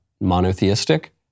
monotheistic